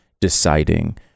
deciding